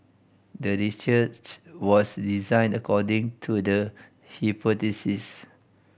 the was designed according to the